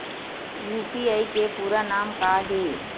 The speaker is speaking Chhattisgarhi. यू.पी.आई के पूरा नाम का ये?